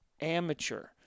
amateur